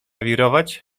wirować